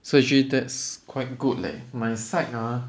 so actually that's quite good leh